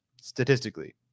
statistically